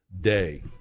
day